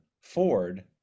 Ford